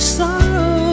sorrow